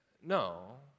No